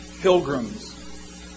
pilgrims